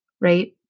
right